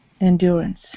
endurance